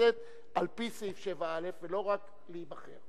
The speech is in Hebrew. מהכנסת על-פי סעיף 7א, ולא רק להיבחר.